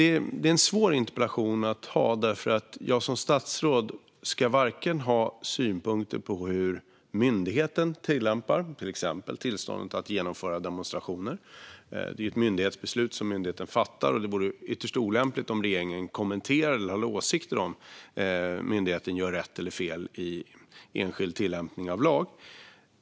Detta är en svår interpellationsdebatt, eftersom jag som statsråd inte ska ha synpunkter på hur myndigheten tillämpar till exempel tillståndet att genomföra demonstrationer. Det är ett myndighetsbeslut som myndigheten fattar, och det vore ytterst olämpligt om regeringen kommenterade det eller hade åsikter om myndigheten gör rätt eller fel vid enskild tillämpning av lag.